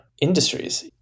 industries